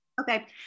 Okay